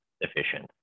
efficient